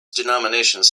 denominations